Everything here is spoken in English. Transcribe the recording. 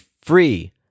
free